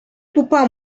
pupa